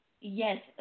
Yes